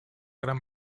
gran